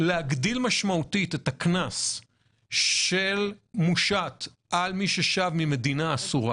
להגדיל משמעותית את הקנס שמושת על מי ששב ממדינה אסורה